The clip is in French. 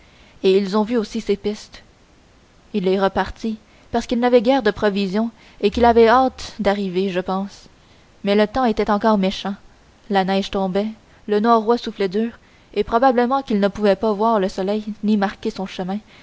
et ils ont vu aussi ses pistes il est reparti parce qu'il n'avait guère de provisions et qu'il avait hâte d'arriver je pense mais le temps était encore méchant la neige tombait le norouâ soufflait dur et probablement qu'il ne pouvait pas voir le soleil ni marquer son chemin